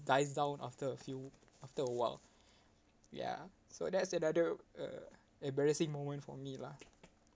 dies down after a few after awhile ya so that's another uh embarrassing moment for me lah